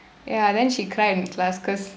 ya then she cry in class cause